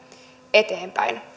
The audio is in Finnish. eteenpäin